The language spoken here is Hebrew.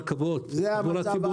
שרת התחבורה הייתה